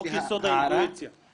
חוק יסוד האינטואיציה,